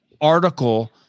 article